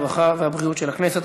הרווחה והבריאות של הכנסת.